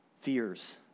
fears